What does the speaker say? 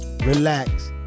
relax